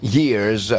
years